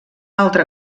altra